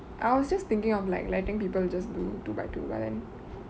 I was just thinking of like letting people just do two by two but then